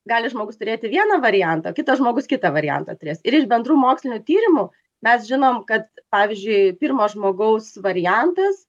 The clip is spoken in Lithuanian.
gali žmogus turėti vieną variantą kitas žmogus kitą variantą turės ir iš bendrų mokslinių tyrimų mes žinom kad pavyzdžiui pirmo žmogaus variantas